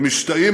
הם משתאים,